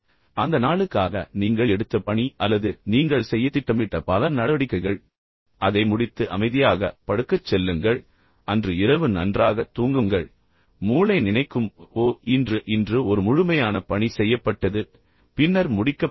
அந்த நாளுக்காக நீங்கள் எடுத்த பணி அல்லது நீங்கள் செய்யத் திட்டமிட்ட பல நடவடிக்கைகள் அதை முடித்து அமைதியாக படுக்கச் செல்லுங்கள் அன்று இரவு நன்றாகத் தூங்குங்கள் மூளை நினைக்கும் ஓ இன்று இன்று ஒரு முழுமையான பணி செய்யப்பட்டது பின்னர் முடிக்கப்பட்டது